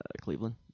Cleveland